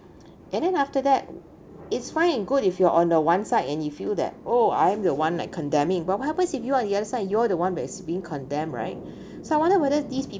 and then after that it's fine and good if you're on the one side and you feel that oh I am the one like condemning but what happens if you're the other side you're the one that's being condemned right so I wonder whether these people